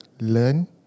learn